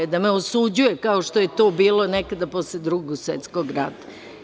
Da me osuđuje kao što je to bilo nekada posle Drugog svetskog rata.